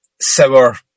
sour